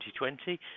2020